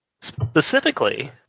Specifically